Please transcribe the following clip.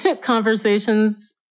conversations